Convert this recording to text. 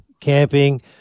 camping